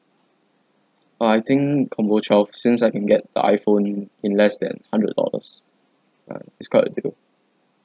uh I think combo twelve since I can get the iphone in less than hundred dollars ya it's quite a deal